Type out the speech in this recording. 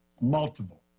Multiple